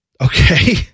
Okay